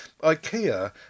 IKEA